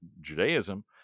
Judaism